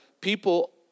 people